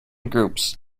groups